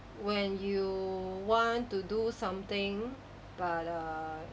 when you want to do something but err